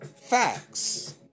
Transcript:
Facts